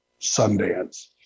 Sundance